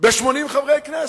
ב-80 חברי כנסת.